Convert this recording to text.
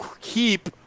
keep